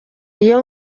iyo